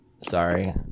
Sorry